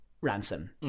Ransom